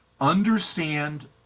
understand